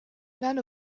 none